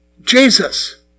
Jesus